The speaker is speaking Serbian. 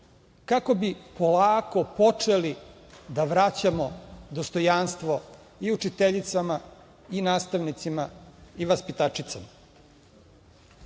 kako bi polako počeli da vraćamo dostojanstvo i učiteljicama, i nastavnicima, i vaspitačicama. Para